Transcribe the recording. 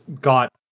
got